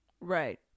right